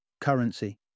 currency